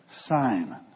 Simon